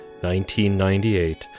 1998